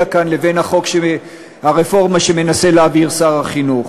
כאן לבין הרפורמה שמנסה להעביר שר החינוך.